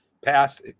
pass